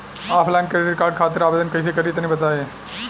Offline credit card खातिर आवेदन कइसे करि तनि बताई?